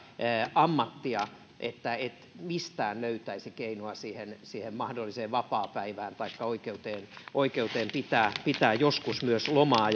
ammattia että et mistään löytäisi keinoa siihen siihen mahdolliseen vapaapäivään taikka oikeuteen oikeuteen pitää pitää joskus myös lomaa